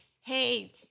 Hey